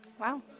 Wow